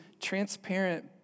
transparent